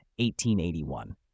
1881